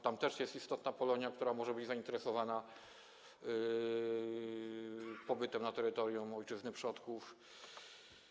Tam też jest istotna Polonia, która może być zainteresowana pobytem na terytorium ojczyzny przodków.